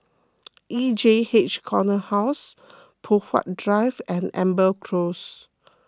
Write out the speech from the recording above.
E J H Corner House Poh Huat Drive and Amber Close